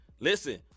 Listen